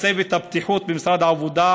לצוות הבטיחות במשרד העבודה,